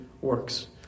works